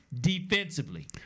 defensively